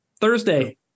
Thursday